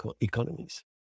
economies